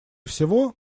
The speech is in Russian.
всего